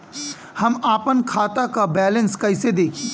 हम आपन खाता क बैलेंस कईसे देखी?